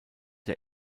der